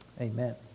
amen